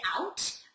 out